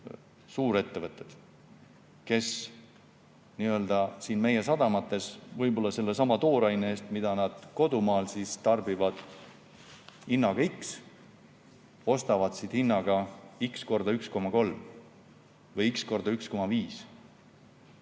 suurettevõtted, kes meie sadamates võib-olla sedasama toorainet, mida nad kodumaal tarbivad hinnaga x, ostavad siit hinnaga x korda 1,3 või x korda 1,5.